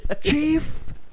chief